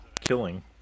killing